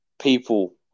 people